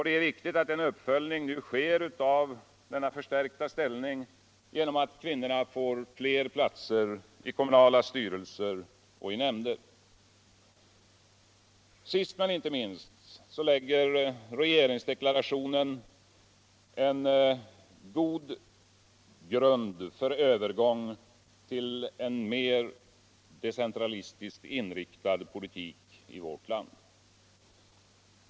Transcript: Det är viktigt att denna förstärkning av kvinnorepresentationen följs upp genom atut kvinnorna får fler platser i kommunala styrelser och nämnder. Sist men inte minst kigger regeringsdeklarationen en god grund för övergång till en mer decentralistiskt inriktad politik i vårt land.